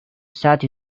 sat